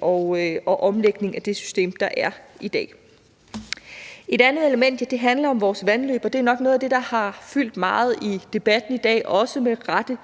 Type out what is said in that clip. og en omlægning af det system, der er i dag. Et andet element handler om vores vandløb, og det er nok også noget af det, der har fyldt meget i debatten i dag og også med rette.